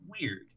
weird